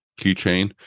keychain